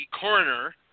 coroner